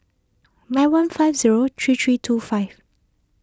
nine one five zero three three two five